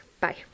Bye